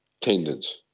tendons